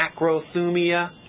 Macrothumia